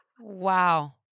Wow